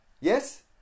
Yes